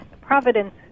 Providence